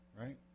Right